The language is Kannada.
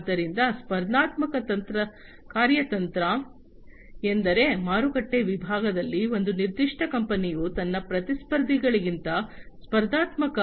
ಆದ್ದರಿಂದ ಸ್ಪರ್ಧಾತ್ಮಕ ಕಾರ್ಯತಂತ್ರ ಎಂದರೆ ಮಾರುಕಟ್ಟೆ ವಿಭಾಗದಲ್ಲಿ ಒಂದು ನಿರ್ದಿಷ್ಟ ಕಂಪನಿಯು ತನ್ನ ಪ್ರತಿಸ್ಪರ್ಧಿಗಳಿಗಿಂತ ಸ್ಪರ್ಧಾತ್ಮಕ ಲಾಭವನ್ನು ಗಳಿಸುವ ತಂತ್ರ